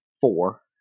four